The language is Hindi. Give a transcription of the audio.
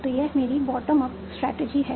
तो यह मेरी बॉटम अप स्ट्रेटजी है